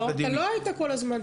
לא, אתה לא היית כל הזמן.